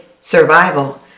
survival